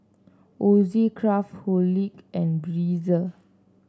Ozi Craftholic and Breezer